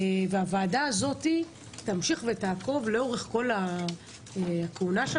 הוועדה הזו תמשיך ותעקוב לאורך כהונתה,